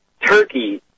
Turkey